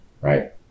right